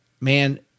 man